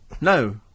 No